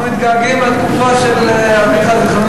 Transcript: אנחנו מתגעגעים לתקופה של אביך,